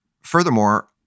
Furthermore